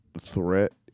threat